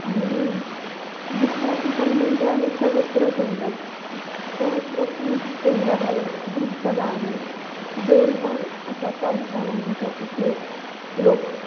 दुसरं ठिकाण म्हणजे आहे सहस्रकुंड सहजत्रकुं कुंड हा एक धबधबा आहे जोरदार असा पाऊस झाल्यानंतर तिथे लोक